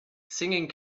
singing